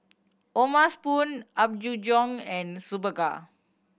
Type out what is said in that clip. O'ma Spoon Apgujeong and Superga